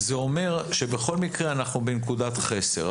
זה אומר שבכל מקרה אנחנו בנקודת חסר.